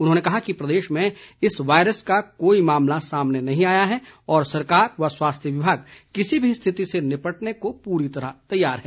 उन्होंने कहा कि प्रदेश में इस वायरस का कोई मामला सामने नहीं आया है और सरकार व स्वास्थ्य विभाग किसी भी स्थिति से निपटने को पूरी तरह तैयार है